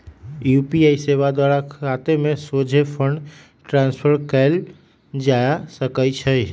UPI सेवा द्वारा खतामें सोझे फंड ट्रांसफर कएल जा सकइ छै